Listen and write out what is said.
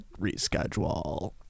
reschedule